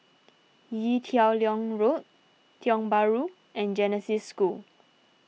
Ee Teow Leng Road Tiong Bahru and Genesis School